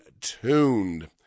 tuned